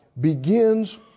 begins